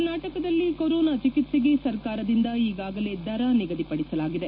ಕರ್ನಾಟಕದಲ್ಲಿ ಕೊರೊನಾ ಚಿಕಿತ್ಸೆಗೆ ಸರ್ಕಾರದಿಂದ ಈಗಾಗಲೇ ದರ ನಿಗದಿಪಡಿಸಲಾಗಿದೆ